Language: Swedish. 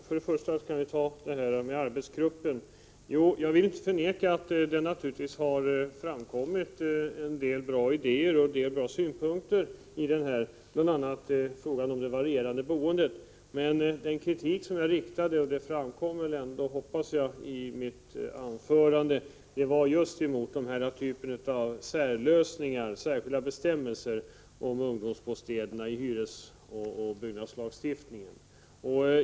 Herr talman! Jag vill inte förneka att det naturligtvis har framkommit vissa bra idéer och synpunkter i den här arbetsgruppen, bl.a. beträffande det varierade boendet. Men den kritik som jag gav uttryck för, vilken jag hoppas framkom i mitt anförande, gäller just särlösningar och särskilda bestämmelser beträffande ungdomsbostäderna i hyresoch byggnadslagstiftningen.